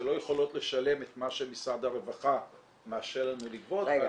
שלא יכולות לשלם את מה שמשרד הרווחה מרשה לנו לגבות -- רגע,